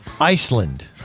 Iceland